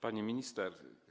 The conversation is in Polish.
Pani Minister!